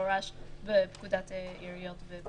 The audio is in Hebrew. במפורש בפקודת העיריות.